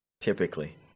Typically